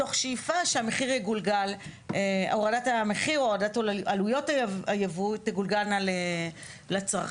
מתוך שאיפה שהורדת המחירים או הורדת עלויות היבוא תגולגל לצרכן.